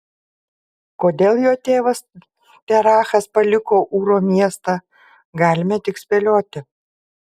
kodėl jo tėvas terachas paliko ūro miestą galime tik spėlioti